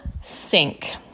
sink